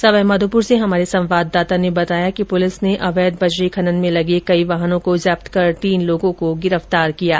सवाईमाधोपुर से हमारे संवाददाता ने बताया कि पुलिस ने अवैध बजरी खनन में लगे कई वाहनों को जब्त कर तीन लोगों को गिरफ्तार किया है